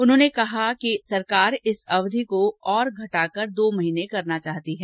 उन्होंने कहा कि सरकार इस अवधि को और घटाकर दो महीने करना चाहती है